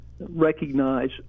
recognize